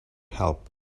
help